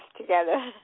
together